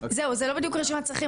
זו לא בדיוק רשימת צרכים,